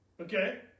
Okay